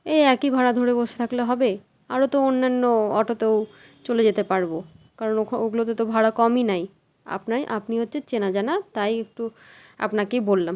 এ একই ভাড়া ধরে বসে থাকলে হবে আরো তো অন্যান্য অটোতেও চলে যেতে পারবো কারণ ওখো ওগুলোতে তো ভাড়া কমই নেয় আপনাই আপনি হচ্ছে চেনা জানা তাই একটু আপনাকেই বললাম